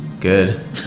Good